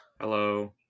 Hello